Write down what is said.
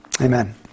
amen